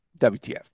WTF